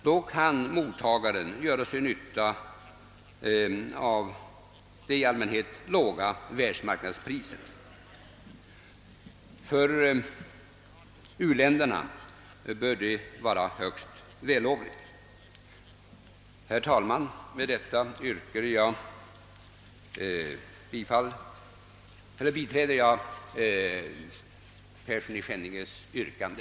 Då kan mottagaren dra fördel av det i allmänhet låga världsmarknadspriset. För u-länderna bör det vara högst vällovligt. Herr talman! Med det anförda biträder jag herr Perssons i Skänninge yrkande.